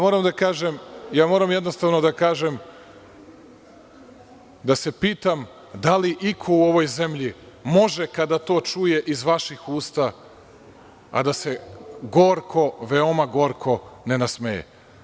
Moram jednostavno da kažem da se pitam da li iko u ovoj zemlji može kada to čuje iz vaših usta, a da se gorko, veoma gorko ne nasmeje.